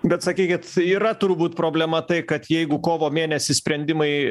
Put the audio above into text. bet sakykit yra turbūt problema tai kad jeigu kovo mėnesį sprendimai